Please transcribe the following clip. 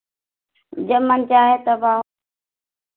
जब मन चाहे तब आओ